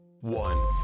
one